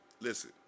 listen